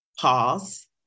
pause